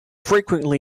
frequently